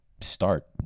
start